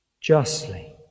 justly